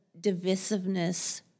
divisiveness